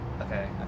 Okay